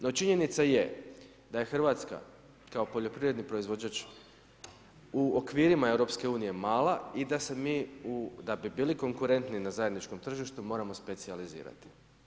No činjenica je, da je Hrvatska kao poljoprivredni proizvođač u okvirima EU mala i da se mi u, da bi bili konkurentni na zajedničkom tržištu moramo specijalizirati.